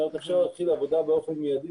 אפשר להתחיל את העבודה באופן מיידי,